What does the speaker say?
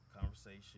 conversation